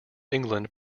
england